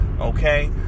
Okay